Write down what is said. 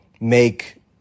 make